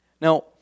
Now